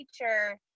teacher